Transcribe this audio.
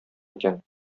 икән